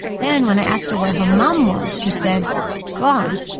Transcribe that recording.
then, when i asked her where her mom was, she said gone.